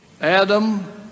Adam